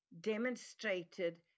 demonstrated